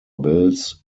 bills